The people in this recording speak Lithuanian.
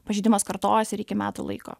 pažeidimas kartojasi ir iki metų laiko